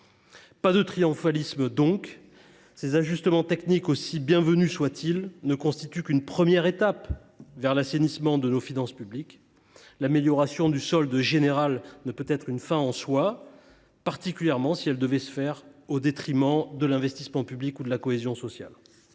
pas de triomphalisme. Ces ajustements techniques, aussi bienvenus soient ils, ne constituent qu’une première étape vers l’assainissement de nos finances publiques. L’amélioration du solde général ne peut être une fin en soi, particulièrement si elle doit se faire au détriment de l’investissement public ou de notre cohésion sociale.